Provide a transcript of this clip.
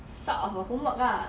sort of a homework lah